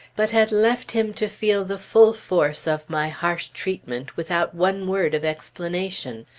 but had left him to feel the full force of my harsh treatment without one word of explanation.